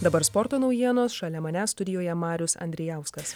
dabar sporto naujienos šalia manęs studijoje marius andrijauskas